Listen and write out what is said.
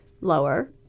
lower